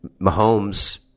Mahomes